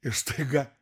ir staiga